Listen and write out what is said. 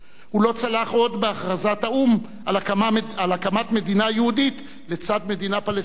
הוא לא צלח עוד בהכרזת האו"ם על הקמת מדינה יהודית לצד מדינה פלסטינית.